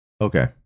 Okay